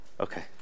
Okay